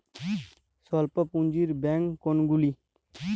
স্বল্প পুজিঁর ব্যাঙ্ক কোনগুলি?